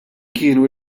kienu